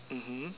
mmhmm